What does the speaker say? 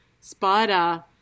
spider